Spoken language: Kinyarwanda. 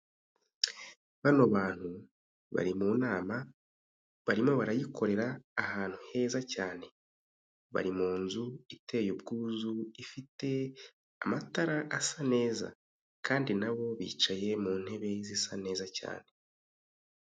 Bano bantu bari mu nama barimo barayikorera ahantu heza cyane. Bari mu nzu iteye ubwuzu, ifite amatara asa neza. Kandi na bo bicaye mu ntebe zisa neza cyane.